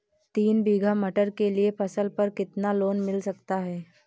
तीन बीघा मटर के लिए फसल पर कितना लोन मिल सकता है?